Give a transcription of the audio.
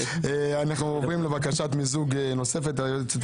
ובקשה נוספת למיזוג,